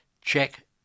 check